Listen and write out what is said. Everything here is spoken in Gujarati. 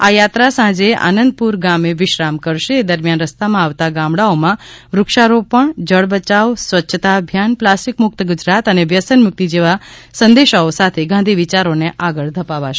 આ યાત્રા સાંજે આનંદપુર ગામે વિશ્રામ કરશે એ દરમિયાન રસ્તા માં આવતા ગામડાઓમાં વૃક્ષારોપણ જળ બચાવ સ્વચ્છતા અભિયાન પ્લાસ્ટિક મુક્ત ગુજરાત અને વ્યસન મુક્તિ જેવા સંદેશાઓ સાથે ગાંધી વિચારો ને આગળ ધપાવશે